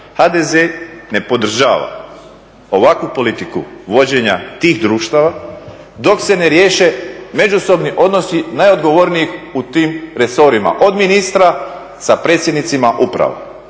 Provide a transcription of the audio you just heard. HDZ ne podržava ovakvu politiku vođenja tih društava dok se ne riješe međusobni odnosi najodgovornijih u tim resorima od ministra sa predsjednicima uprava,